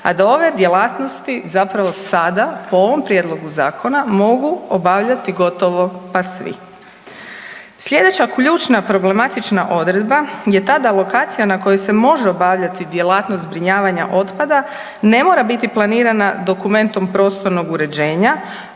a da ove djelatnosti zapravo sada po ovom prijedlogu zakona mogu obavljati gotovo pa svi. Slijedeća ključna problematična odredba je ta da lokacija na kojoj se može obavljati djelatnost zbrinjavanja otpada ne mora biti planirana dokumentom prostornog uređenja